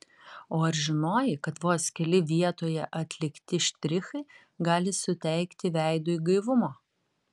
o ar žinojai kad vos keli vietoje atlikti štrichai gali suteikti veidui gaivumo